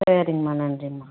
சரிங்கம்மா நன்றிம்மா